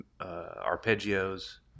arpeggios